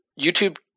YouTube